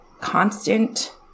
constant